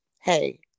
Hey